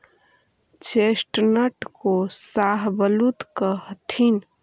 chestnut को शाहबलूत कहथीन